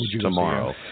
tomorrow